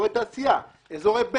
אזורי תעשייה, אזורי בדק.